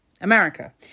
America